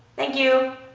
thank you.